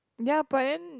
ya but then